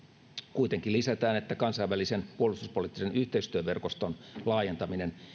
kuitenkin lisätään että kansainvälisen puolustuspoliittisen yhteistyöverkoston laajentaminen